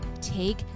take